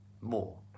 more